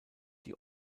die